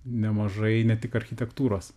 nemažai ne tik architektūros